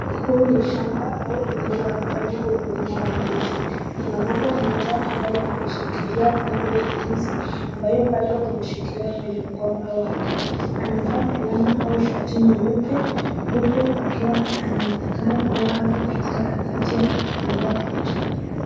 Huu ni shamba au eneo la kufanyia ukulima wa ndizi. Kuna mama mmoja ambaye ameshikilia kungu la ndizi ambayo ameshikilia kwenye mgomba wake. Amevaa fulana au shati nyeupe uku akiwa anaonekana kuwa ako katika harakati ya kuchukuliwa picha.